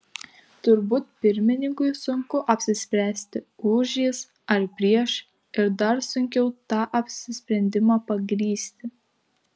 turbūt pirmininkui sunku apsispręsti už jis ar prieš ir dar sunkiau tą apsisprendimą pagrįsti